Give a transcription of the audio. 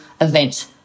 event